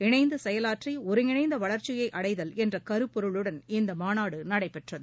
இணைந்து செயலாற்றி ஒருங்கிணைந்த வளர்ச்சியை அடைதல் என்ற கருப்பொருளுடன் இம்மாநாடு நடைபெற்றது